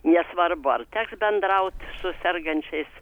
nesvarbu ar teks bendraut su sergančiais